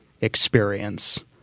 experience